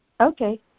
Okay